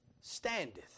standeth